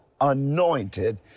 anointed